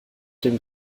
dem